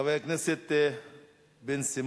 חבר הכנסת בן-סימון,